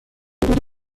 دودی